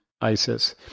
ISIS